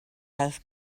had